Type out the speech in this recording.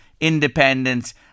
independence